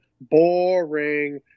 boring